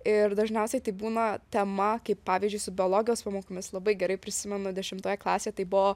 ir dažniausiai tai būna tema kaip pavyzdžiui su biologijos pamokomis labai gerai prisimenu dešimtoje klasėj tai buvo